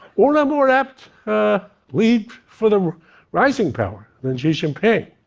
or a more apt lead for the rising power than xi jinping?